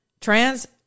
Trans